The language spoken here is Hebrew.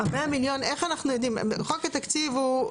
ה-100 מיליון יאושר בחוק התקציב לשנת 2024,